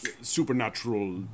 supernatural